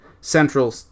Central